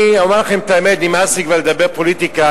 אומר לכם את האמת, נמאס לי כבר לדבר פוליטיקה.